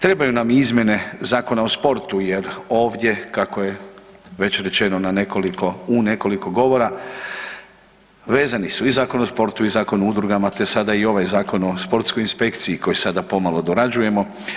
Trebaju nam i izmjene Zakona o sportu jer ovdje kako je već rečeno u nekoliko govora, vezani su i Zakon o sportu i Zakon o udruga te sada i ovaj Zakon o sportskoj inspekciji koji sada pomalo dorađujemo.